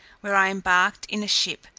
where i embarked in a ship,